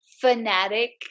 fanatic